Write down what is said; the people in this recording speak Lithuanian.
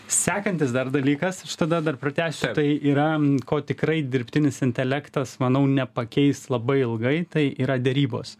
sekantis dar dalykas aš tada dar pratęsiu tai yra ko tikrai dirbtinis intelektas manau nepakeis labai ilgai tai yra derybos